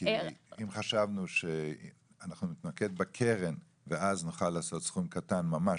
כי אם חשבנו שאנחנו נתמקד בקרן ואז נוכל לעשות סכום קטן ממש,